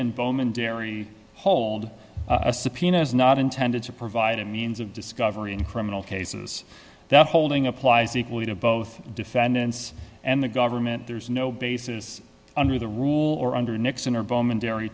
and bowman darry hold a subpoena is not intended to provide a means of discovery in criminal cases the holding applies equally to both defendants and the government there is no basis under the rule or under nixon or bowman dairy